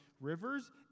rivers